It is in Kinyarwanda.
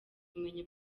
ubumenyi